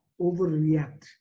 overreact